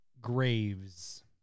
graves